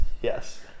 Yes